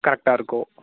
கரெக்டாக இருக்கும்